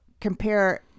compare